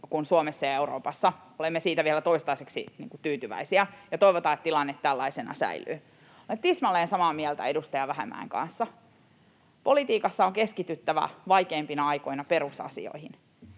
kuin Suomessa ja Euroopassa — olemme siihen vielä toistaiseksi tyytyväisiä, ja toivotaan, että tilanne tällaisena säilyy. Olen tismalleen samaa mieltä edustaja Vähämäen kanssa: politiikassa on keskityttävä vaikeimpina aikoina perusasioihin.